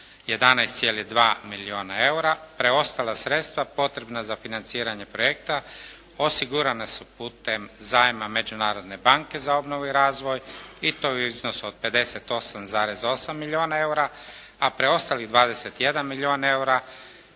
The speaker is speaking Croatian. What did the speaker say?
11,2 milijuna eura. Preostala sredstva potrebna za financiranje projekta osigurana su putem zajma Međunarodne banke za obnovu i razvoj i to u iznosu od 58,8 milijuna eura, a preostalih 21 milijun eura